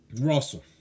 Russell